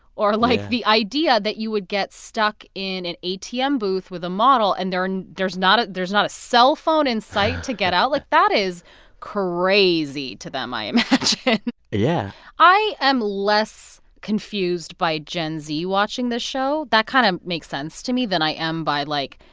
or, like. yeah. the idea that you would get stuck in an atm booth with a model and and there's not there's not a cellphone in sight to get out like, that is crazy to them, i imagine yeah i am less confused by gen z watching the show that kind of makes sense to me than i am by, like,